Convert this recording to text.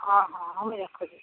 ହଁ ହଁ ହଉ ରଖୁଛି